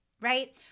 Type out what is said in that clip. Right